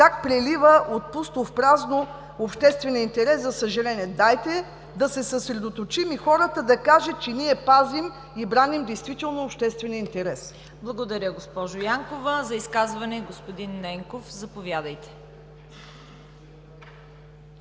как прелива от пусто в празно общественият интерес, за съжаление. Дайте да се съсредоточим и хората да кажат, че ние пазим и браним действително обществения интерес. ПРЕДСЕДАТЕЛ ЦВЕТА КАРАЯНЧЕВА: Благодаря, госпожо Янкова. За изказване – господин Ненков, заповядайте.